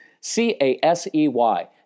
C-A-S-E-Y